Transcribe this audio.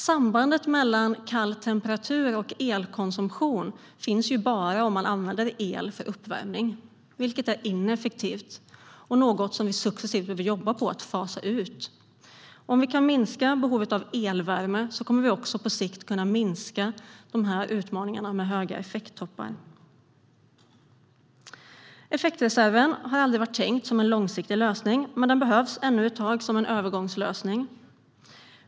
Sambandet mellan låg temperatur och elkonsumtion finns ju bara om man använder el för uppvärmning, vilket är ineffektivt och något som successivt bör fasas ut. Om vi kan minska behovet av elvärme kommer vi också på sikt att kunna minska utmaningarna med höga effekttoppar. Effektreserven har aldrig varit tänkt som en långsiktig lösning, men den behövs ännu ett tag som en övergångslösning.